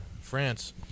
France